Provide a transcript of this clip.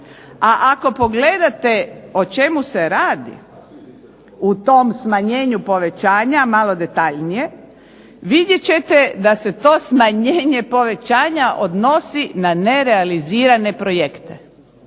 a ako pogledate o čemu se radi, u tom smanjenju povećanja, malo detaljnije vidjet ćete da se to smanjenje povećanja odnosi na nerealizirane projekte.